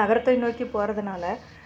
நகரத்தை நோக்கி போகிறதுனால